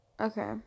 Okay